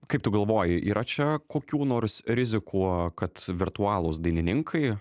kaip tu galvoji yra čia kokių nors rizikų kad virtualūs dainininkai